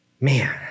man